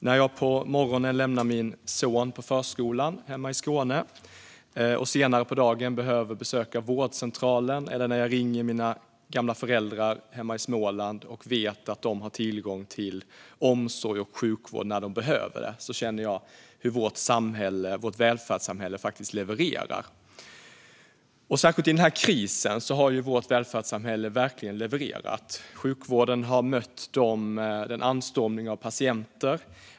När jag på morgonen lämnar min son på förskolan hemma i Skåne och senare på dagen behöver besöka vårdcentralen eller när jag ringer mina gamla föräldrar hemma i Småland och vet att de har tillgång till omsorg och sjukvård när det behöver det känner jag hur vårt välfärdssamhälle faktiskt levererat. Särskilt i den här krisen har vårt välfärdssamhälle verkligen levererat. Sjukvården har mött en anstormning av patienter.